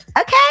Okay